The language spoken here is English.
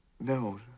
No